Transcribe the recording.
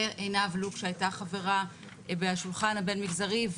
ועינב לוק שהייתה חברה בשולחן הבין-מגזרי.